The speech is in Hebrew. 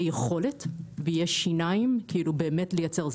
יכולת ויהיו שיניים כדי באמת לייצר זה.